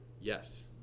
Yes